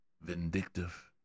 vindictive